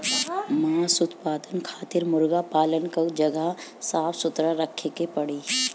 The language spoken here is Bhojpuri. मांस उत्पादन खातिर मुर्गा पालन कअ जगह साफ सुथरा रखे के पड़ी